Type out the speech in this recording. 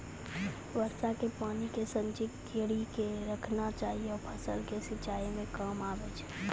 वर्षा के पानी के संचित कड़ी के रखना चाहियौ फ़सल के सिंचाई मे काम आबै छै?